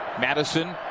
Madison